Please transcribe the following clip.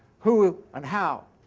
who and how